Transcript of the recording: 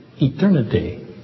eternity